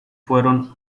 fueron